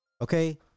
okay